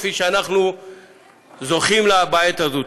כפי שאנחנו זוכים לו בעת הזו.